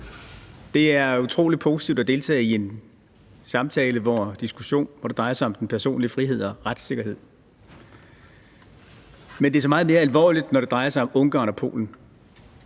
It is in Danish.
Det er utrolig positivt at deltage i en samtale og diskussion, hvor det drejer sig om den personlige frihed og retssikkerhed, men det er så meget mere alvorligt, når det drejer sig om Ungarn og Polen.